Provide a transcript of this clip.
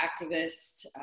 activist